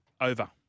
over